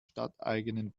stadteigenen